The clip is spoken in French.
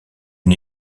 une